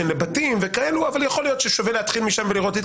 לבתים אבל יכול להיות ששווה להתחיל משם ולראות.